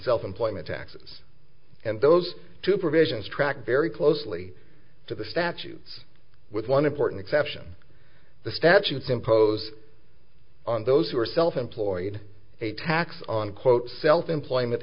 self employment taxes and those two provisions tracked very closely to the statutes with one important exception the statutes impose on those who are self employed a tax on quote self employment